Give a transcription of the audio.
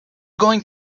going